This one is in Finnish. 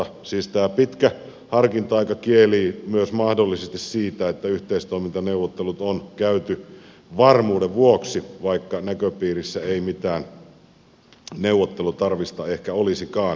siis tämä pitkä harkinta aika kielii mahdollisesti myös siitä että yhteistoimintaneuvottelut on käyty varmuuden vuoksi vaikka näköpiirissä ei mitään neuvotteluja vaativaa olisikaan